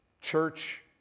church